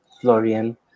Florian